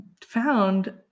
found